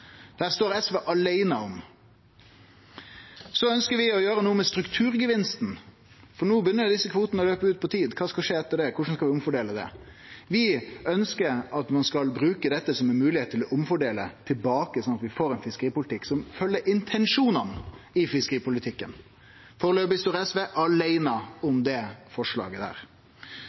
står SV aleine om. Så ønskjer vi å gjere noko med strukturgevinsten, for no begynner desse kvotane å gå ut på tid. Kva skal skje etter det? Korleis skal vi omfordele det? Vi ønskjer at ein skal bruke dette som ei moglegheit til å omfordele tilbake, sånn at vi får ein fiskeripolitikk som følgjer intensjonane i fiskeripolitikken. Foreløpig står SV aleine om det forslaget.